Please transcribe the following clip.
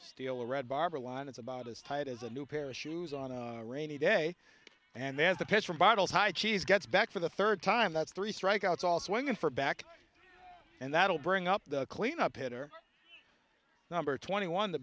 steal the red barber line is about as tight as a new pair of shoes on a rainy day and then as the pitch from bottles high cheese gets back for the third time that's three strikeouts all swinging for back and that'll bring up the cleanup hitter number twenty one the